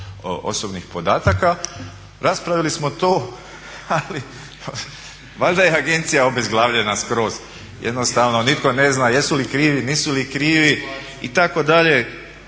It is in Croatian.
čelnika Raspravili smo to ali valjda je agencija obezglavljena skroz, jednostavno nitko ne zna jesu li krivi, nisu li krivi itd.